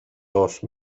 los